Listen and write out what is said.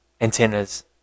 antennas